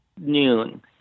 noon